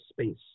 space